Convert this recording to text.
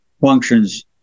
functions